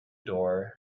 door